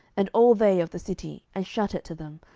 and all they of the city, and shut it to them,